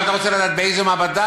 עכשיו אתה רוצה לדעת בדיוק באיזו מעבדה,